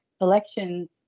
elections